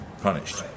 punished